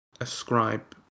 ascribe